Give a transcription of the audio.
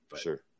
Sure